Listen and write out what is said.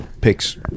Picks